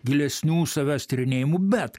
gilesnių savęs tyrinėjimų bet